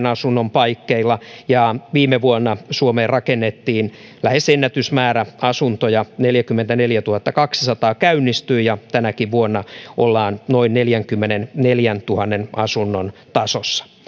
asunnon paikkeilla viime vuonna suomeen rakennettiin lähes ennätysmäärä asuntoja neljäkymmentäneljätuhattakaksisataa käynnistyi ja tänäkin vuonna ollaan noin neljänkymmenenneljäntuhannen asunnon tasossa